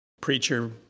preacher